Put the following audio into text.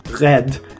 red